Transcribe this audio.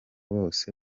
bose